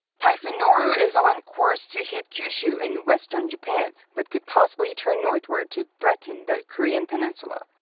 typhoon noru is on course to hit kyushu, in western japan, but could possibly turn northward to threaten the korean peninsula.